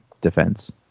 defense